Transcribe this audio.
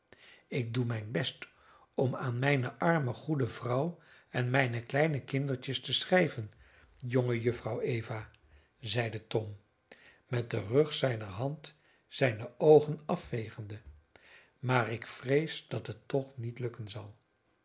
ik doe mijn best om aan mijne arme goede vrouw en mijne kleine kindertjes te schrijven jongejuffrouw eva zeide tom met den rug zijner hand zijne oogen afvegende maar ik vrees dat het toch niet lukken zal